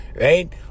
Right